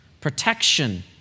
protection